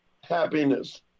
happiness